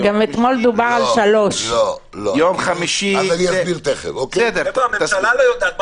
גם אתמול דובר על 15:00. הממשלה לא יודעת.